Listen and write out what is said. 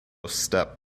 step